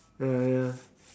ya ya